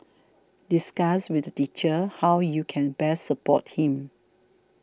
discuss with the teacher how you can best support him